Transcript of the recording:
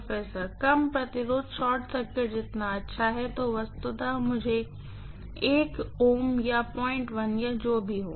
professor कम प्रतिरोध short circuit जितना अच्छा है तो वस्तुतः मुझे Ω या या जो भी हो